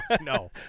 no